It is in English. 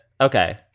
Okay